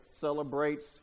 celebrates